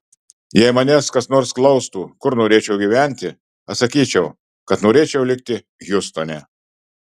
jeigu manęs kas nors klaustų kur norėčiau gyventi atsakyčiau kad norėčiau likti hjustone